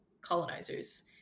colonizers